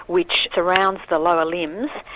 which surrounds the lower limbs,